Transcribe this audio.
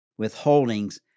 withholdings